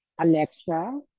Alexa